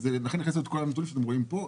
ולכן הכניסו את כל הנתונים שאתם רואים פה.